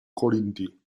corinti